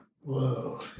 Whoa